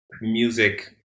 music